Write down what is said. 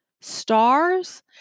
stars